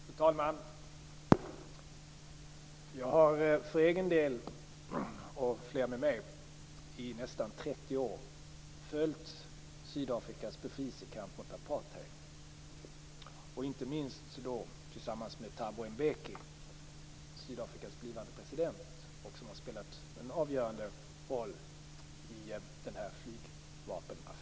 Fru talman! Jag har för egen del - och flera med mig - i nästan 30 år följt Sydafrikas befrielsekamp mot apartheid, inte minst tillsammans med Thabo Mbeke, Sydafrikas blivande president som har spelat en avgörande roll i den här flygvapenaffären.